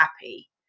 happy